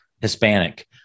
Hispanic